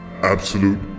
Absolute